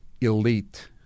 elite